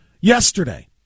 Yesterday